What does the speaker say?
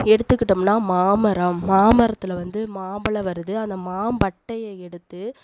எடுத்துக்கிட்டம்னா மாமரம் மாமரத்தில் வந்து மாம்பழம் வருது அந்த மாம்பட்டையை எடுத்து